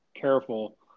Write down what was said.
careful